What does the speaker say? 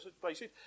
places